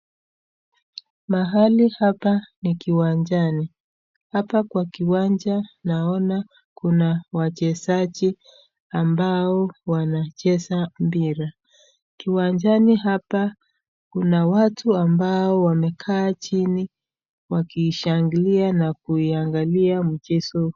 Mahali hapa ni kiwanjani. Hapa kwa kiwanja naona kuna wachezaji ambao wanacheza mpira. Kiwanjani hapa kuna watu ambao wamekaa chini wakishangilia na kuiangalia mchezo.